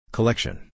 Collection